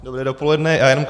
Dobré dopoledne.